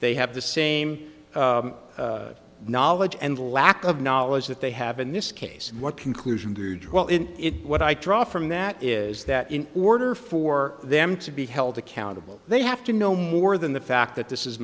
they have the same knowledge and lack of knowledge that they have in this case and what conclusion do draw in it what i draw from that is that in order for them to be held accountable they have to know more than the fact that this